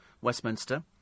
Westminster